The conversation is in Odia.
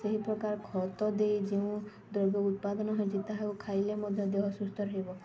ସେହି ପ୍ରକାର ଖତ ଦେଇ ଯେଉଁ ଦ୍ରବ୍ୟ ଉତ୍ପାଦନ ହୋଇଛି ତାହାକୁ ଖାଇଲେ ମଧ୍ୟ ଦେହ ସୁସ୍ଥ ରହିବ